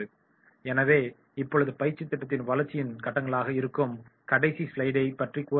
எனவே இப்போது பயிற்சி திட்டத்தின் வளர்ச்சியின் கட்டங்களாக இருக்கும் கடைசி ஸ்லைடை பற்றி கூற விரும்புகிறேன்